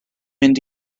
mynd